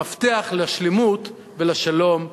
המפתח לשלמות העם ולשלום מבית.